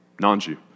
non-Jew